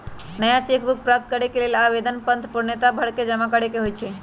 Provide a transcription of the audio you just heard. नया cheque book प्राप्त करेके लेल आवेदन पत्र पूर्णतया भरके जमा करेके होइ छइ